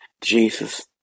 Jesus